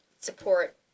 support